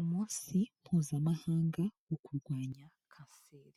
Umunsi mpuzamahanga wo kurwanya kanseri.